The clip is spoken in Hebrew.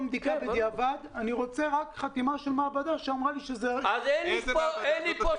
בדיקה בדיעבד אני רוצה רק חתימה של מעבדה שאמרה לי שזה -- איזה מעבדה?